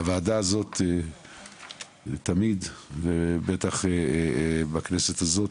הוועדה הזו תמיד, בטח בכנסת הזו,